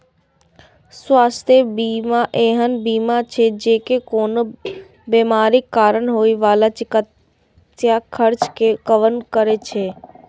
स्वास्थ्य बीमा एहन बीमा छियै, जे कोनो बीमारीक कारण होइ बला चिकित्सा खर्च कें कवर करै छै